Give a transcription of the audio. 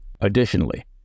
Additionally